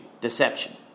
Deception